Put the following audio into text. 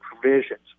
provisions